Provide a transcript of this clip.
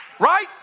Right